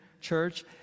church